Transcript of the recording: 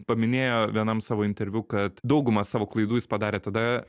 paminėjo vienam savo interviu kad daugumą savo klaidų jis padarė tada